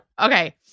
Okay